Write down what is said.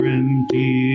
empty